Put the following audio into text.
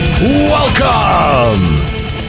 Welcome